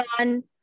on